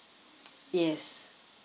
yes